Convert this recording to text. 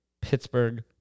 Pittsburgh